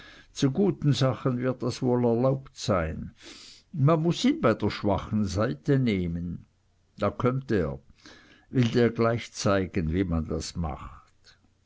zu guten sachen wird das wohl erlaubt sein man muß ihn bei der schwachen seite nehmen da kömmt er will dir gleich zeigen wie man das macht